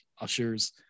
ushers